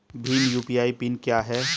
Bhim UPI PIN क्या है?